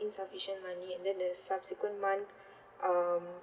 insufficient money and then the subsequent month um